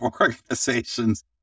organizations